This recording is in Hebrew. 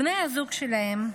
בני הזוג שלהן,